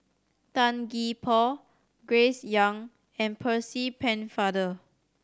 Tan Gee Paw Grace Young and Percy Pennefather